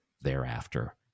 thereafter